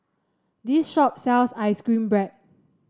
this shop sells ice cream bread